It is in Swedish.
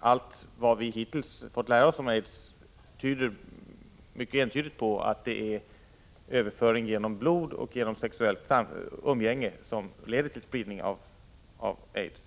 allt vi hittills fått lära oss om aids mycket entydigt visar att det är överföring genom blod och överföring vid sexuellt umgänge som leder till spridning av aids.